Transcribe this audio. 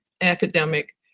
academic